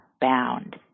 bound